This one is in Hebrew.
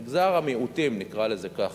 מגזר המיעוטים, נקרא לזה כך.